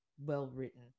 well-written